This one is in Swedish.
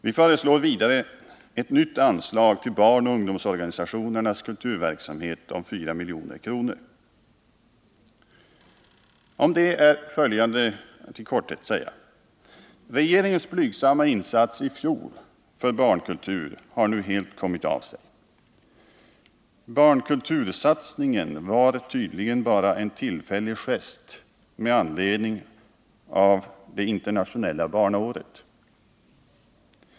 Vi föreslår vidare ett nytt anslag till barnoch ungdomsorganisationernas kulturverksamhet om 4 milj.kr. Om det senare förslaget kan i korthet sägas att regeringens blygsamma insats i fjol för barnkultur nu helt har kommit av sig. Barnkultursatsningen var tydligen bara en tillfällig gest med anledning av det internationella barnåret.